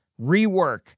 rework